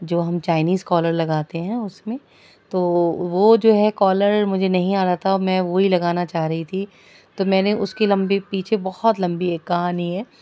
جو ہم Chinese collar لگاتے ہیں اس میں تو وہ جو ہے کالر مجھے نہیں آ رہا تھا میں وہی لگانا چاہ رہی تھی تو میں نے اس کے لمبی پیچھے بہت لمبی ایک کہانی ہے